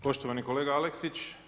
Poštovani kolega Aleksić.